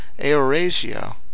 aurasia